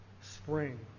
spring